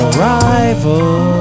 Arrival